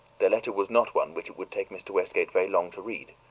the letter was not one which it would take mr. westgate very long to read,